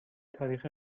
تاریخ